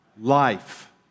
life